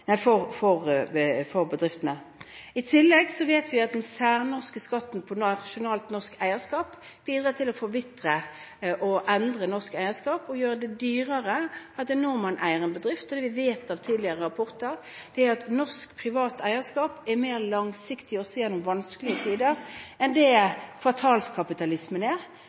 bedriftene. I tillegg vet vi at den særnorske skatten på nasjonalt, norsk eierskap bidrar til å forvitre og endre norsk eierskap og gjøre det dyrere at en nordmann eier en bedrift. Det vi vet av tidligere rapporter, er at norsk privat eierskap er mer langsiktig også gjennom vanskelige tider enn det kvartalskapitalismen er. Derfor mener jeg det er